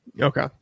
Okay